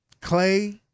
Clay